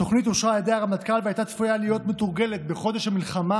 התוכנית אושרה על ידי הרמטכ"ל והייתה צפויה להיות מתורגלת בחודש המלחמה,